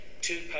Two